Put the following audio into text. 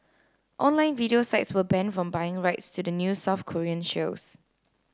online video sites were banned from buying rights to the new South Korean shows